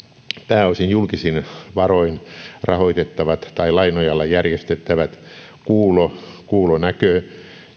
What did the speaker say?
pääosin julkisin varoin rahoitettavat tai lain nojalla järjestettävät kuulo kuulo näkö